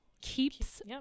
keeps